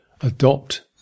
Adopt